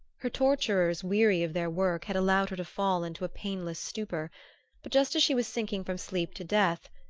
her torturers, weary of their work, had allowed her to fall into a painless stupor but just as she was sinking from sleep to death,